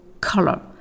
color